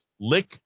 lick